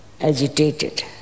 agitated